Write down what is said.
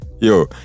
Yo